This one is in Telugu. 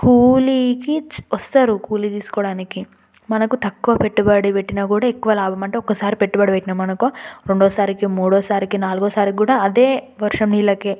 కూలీకి చ్ వస్తారు కూలీ తీసుకోవడానికి మనకు తక్కువ పెట్టుబడి పెట్టినా కూడా ఎక్కువ లాభం అంటే ఒక్కసారి పెట్టుబడి పెట్టినాం అనుకో రెండోసారికి మూడోసారికి నాలుగో సారికి కూడా అదే వర్షం నీళ్లకే